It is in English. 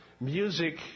music